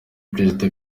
perezida